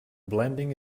blending